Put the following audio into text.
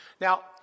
Now